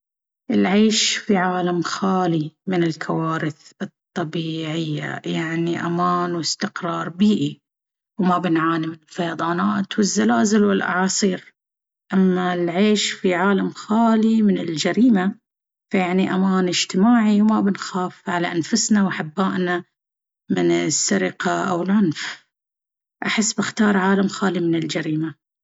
العيش في عالم خالٍ من الكوارث الطبيعية يعني أمان واستقرار بيئي، وما بنعاني من الفيضانات والزلازل والأعاصير. أما العيش في عالم خالٍ من الجريمة، فيعني أمان اجتماعي، وما بنخاف على أنفسنا وأحبائنا من السرقة أو العنف. أحس بأختار عالم خالي من الجريمة.